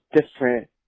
different